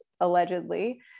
allegedly